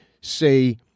say